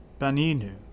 Baninu